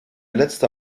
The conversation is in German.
letzte